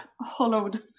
hollowed